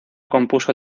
compuso